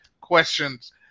questions